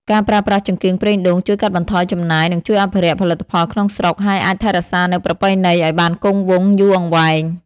ការប្រើប្រាស់ចង្កៀងប្រេងដូងជួយកាត់បន្ថយចំណាយនិងជួយអភិរក្សផលិតផលក្នុងស្រុកហើយអាចថែរក្សានូវប្រពៃណីឲ្យបានគង់វង្សយូរអង្វែង។